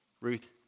Ruth